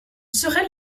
serait